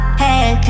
head